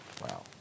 Wow